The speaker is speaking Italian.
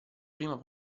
prima